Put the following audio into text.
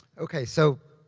okay, so